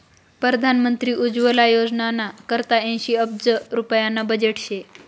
परधान मंत्री उज्वला योजनाना करता ऐंशी अब्ज रुप्याना बजेट शे